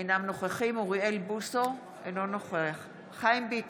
אינו נוכח אוריאל בוסו, אינו נוכח חיים ביטון,